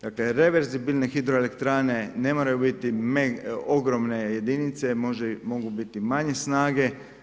Dakle, reverzibilne hidroelektrane ne moraju biti ogromne jedinice, mogu biti manje snage.